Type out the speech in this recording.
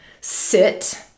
sit